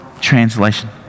translation